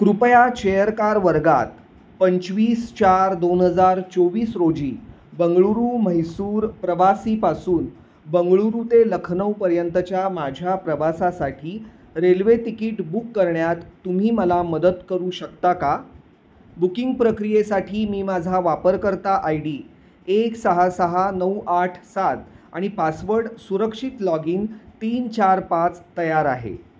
कृपया चेअरकार वर्गात पंचवीस चार दोन हजार चोवीस रोजी बंगळूरू म्हैसूर प्रवासीपासून बंगळूरू ते लखनऊपर्यंतच्या माझ्या प्रवासासाठी रेल्वे तिकीट बुक करण्यात तुम्ही मला मदत करू शकता का बुकिंग प्रक्रियेसाठी मी माझा वापरकर्ता आय डी एक सहा सहा नऊ आठ सात आणि पासवर्ड सुरक्षित लॉग इन तीन चार पाच तयार आहे